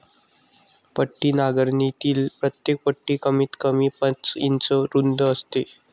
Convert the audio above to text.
पट्टी नांगरणीतील प्रत्येक पट्टी कमीतकमी पाच इंच रुंद असते